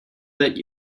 that